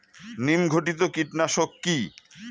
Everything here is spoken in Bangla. নিম ঘটিত কীটনাশক কি?